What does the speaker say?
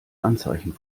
anzeichen